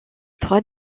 trois